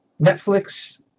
netflix